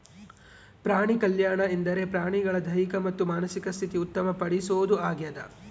ಪ್ರಾಣಿಕಲ್ಯಾಣ ಎಂದರೆ ಪ್ರಾಣಿಗಳ ದೈಹಿಕ ಮತ್ತು ಮಾನಸಿಕ ಸ್ಥಿತಿ ಉತ್ತಮ ಪಡಿಸೋದು ಆಗ್ಯದ